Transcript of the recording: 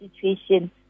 situation